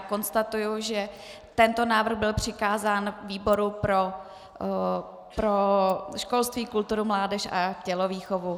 Konstatuji, že tento návrh byl přikázán výboru pro školství, kulturu, mládež a tělovýchovu.